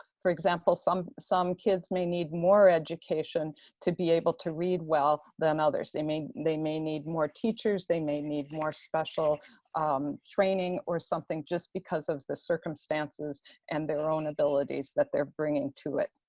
for example, some some kids may need more education to be able to read well than others. they may they may need more teachers. they may need more special training or something, just because of the circumstances and their own abilities that they're bringing to it.